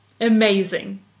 Amazing